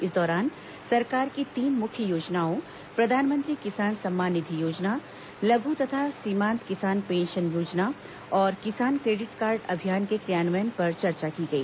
इस दौरान सरकार की तीन मुख्य योजनाओं प्रधानमंत्री किसान सम्मान निधि योजना लघु तथा सीमांत किसान पेंशन योजना और किसान क्रेडिट कार्ड अभियान के क्रियान्वयन पर चर्चा की गई